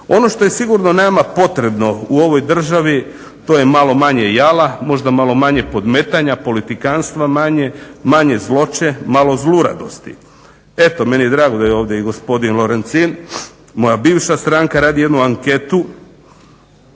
Ono što je sigurno nama potrebno u ovoj državi to je malo manje jala, možda malo manje podmetanja, politikanstva manje, manje zloće, malo zluradosti. Eto meni je drago da je ovdje i gospodin Lorencin. Moja bivša stranka radi jednu anketu